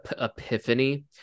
epiphany